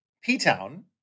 P-Town